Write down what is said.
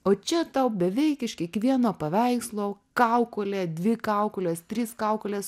o čia tau beveik iš kiekvieno paveikslo kaukolė dvi kaukolės trys kaukolės